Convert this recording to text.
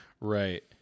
Right